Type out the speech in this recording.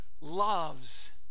loves